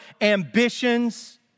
ambitions